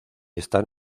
están